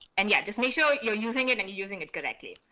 and, yeah just make sure you're using it and using it correctly.